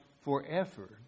forever